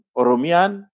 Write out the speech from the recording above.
oromian